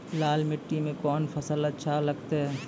लाल मिट्टी मे कोंन फसल अच्छा लगते?